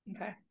Okay